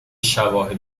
شواهد